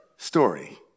Story